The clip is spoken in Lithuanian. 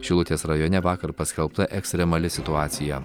šilutės rajone vakar paskelbta ekstremali situacija